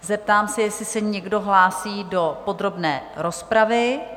Zeptám se, jestli se někdo hlásí do podrobné rozpravy?